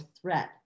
threat